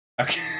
Okay